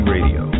Radio